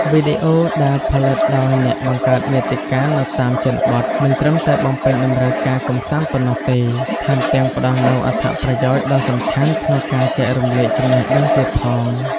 វីដេអូដែលផលិតដោយអ្នកបង្កើតមាតិកានៅតាមជនបទ មិនត្រឹមតែបំពេញតម្រូវការកម្សាន្តប៉ុណ្ណោះទេ ថែមទាំងផ្តល់នូវអត្ថប្រយោជន៍ដ៏សំខាន់ក្នុងការចែករំលែកចំណេះដឹងទៀតផង។